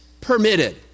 permitted